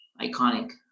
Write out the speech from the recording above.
iconic